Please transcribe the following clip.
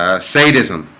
ah sadism